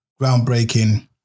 groundbreaking